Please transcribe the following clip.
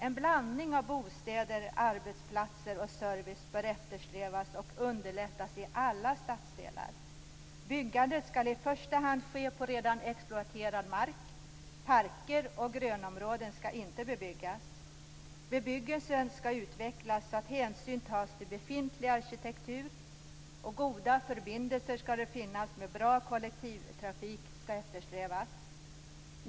· En blandning av bostäder, arbetsplatser och service bör eftersträvas och underlättas i alla stadsdelar. · Byggandet skall i första hand ske på redan exploaterad mark. Parker och grönområden skall inte bebyggas. · Bebyggelsen skall utvecklas så att hänsyn tas till befintlig arkitektur. · Goda förbindelser skall finnas, och bra kollektivtrafik skall eftersträvas.